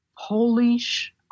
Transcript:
Polish